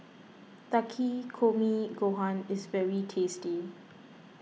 Takikomi Gohan is very tasty